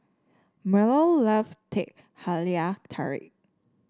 Merl loves Teh Halia Tarik